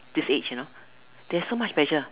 this age you sure they have so much pressure